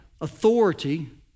authority